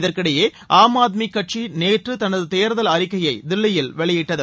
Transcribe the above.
இதற்கிடையே ஆம் ஆத்மி கட்சி நேற்று தனது தேர்தல் அறிக்கையை தில்லியில் வெளியிட்டது